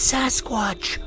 Sasquatch